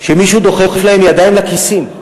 שמישהו דוחף להם ידיים לכיסים.